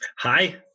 hi